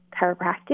Chiropractic